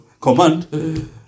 command